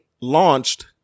launched